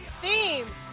theme